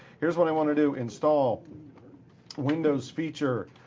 here's what i want to do. install windows feature,